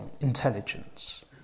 intelligence